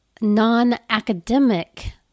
non-academic